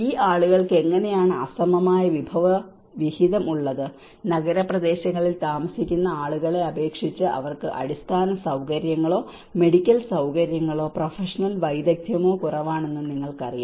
ഈ ആളുകൾക്ക് എങ്ങനെയാണ് അസമമായ വിഭവ വിഹിതം ഉള്ളത് നഗരപ്രദേശങ്ങളിൽ താമസിക്കുന്ന ആളുകളെ അപേക്ഷിച്ച് അവർക്ക് അടിസ്ഥാന സൌകര്യങ്ങളോ മെഡിക്കൽ സൌകര്യങ്ങളോ പ്രൊഫഷണൽ വൈദഗ്ധ്യമോ കുറവാണെന്ന് നിങ്ങൾക്കറിയാം